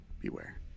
beware